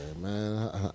man